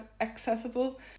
accessible